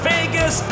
Vegas